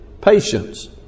patience